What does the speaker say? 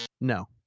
No